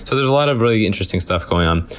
so there's a lot of really interesting stuff going on.